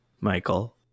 Michael